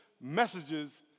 messages